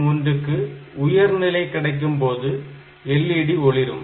3 க்கு உயர்நிலை கிடைக்கும்போது LED ஒளிரும்